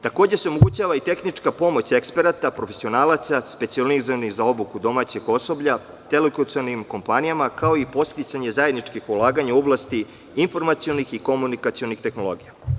Takođe, omogućava se i tehnička pomoć eksperata, profesionalaca specijalizovanih za obuku domaćeg osoblja telekomunikacionih kompanija, kao i podsticanje zajedničkih ulaganja u oblasti informacionih i komunikacionih tehnologija.